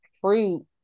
fruit